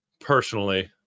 personally